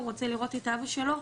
הוא רוצה לראות את אבא שלו.